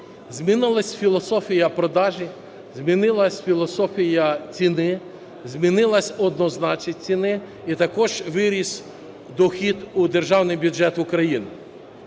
Змінилась філософія продажі, змінилась філософія ціни, змінилась однозначність ціни, і також виріс дохід у державний бюджет України.